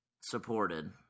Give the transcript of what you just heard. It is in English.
supported